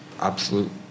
absolute